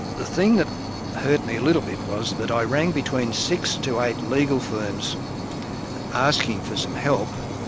the thing that hurt me a little bit was that i rang between six to eight legal firms asking for some help,